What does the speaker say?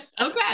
okay